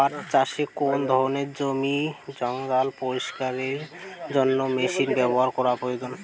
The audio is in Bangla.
পাট চাষে কোন ধরনের জমির জঞ্জাল পরিষ্কারের জন্য মেশিন ব্যবহার করা প্রয়োজন?